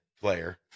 player